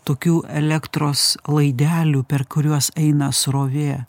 tokių elektros laidelių per kuriuos eina srovė